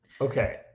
Okay